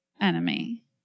enemy